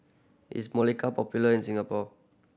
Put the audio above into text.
is Molicare popular in Singapore